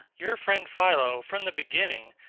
your friend philo, from the beginning,